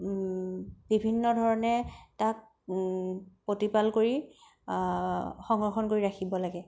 বিভিন্ন ধৰণে তাক প্ৰতিপাল কৰি সংৰক্ষণ কৰি ৰাখিব লাগে